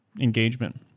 engagement